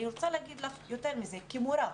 אני רוצה להגיד לך יותר מזה, כמורה,